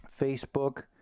Facebook